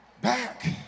back